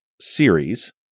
series